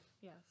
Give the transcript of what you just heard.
Yes